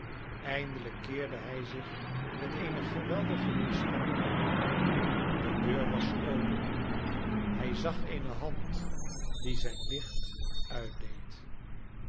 eindelijk keerde hij zich met eene geweldige inspanning om de deur was open hij zag eene hand die zijn licht uitdeed